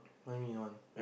what do you mean you want